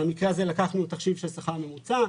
במקרה הזה לקחנו תחשיב של השכר הממוצע,